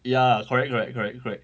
ya correct correct correct correct